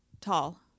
tall